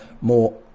more